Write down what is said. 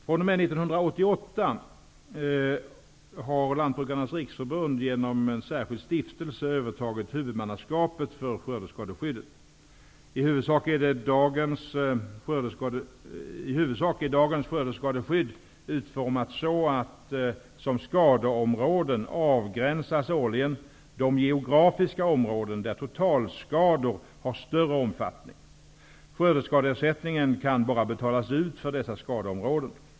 fr.o.m. 1988 års skörd har Lantbrukarnas riksförbund genom en särskild stiftelse övertagit huvudmannaskapet för skördeskadeskyddet. I huvudsak är dagens skördeskadeskydd utformat så, att skadeområden avgränsas årligen de geografiska områden där totalskador har större omfattning. Skördeskadeersättning kan bara betalas ut för dessa skadeområden.